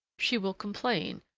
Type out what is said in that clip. she will complain,